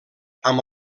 amb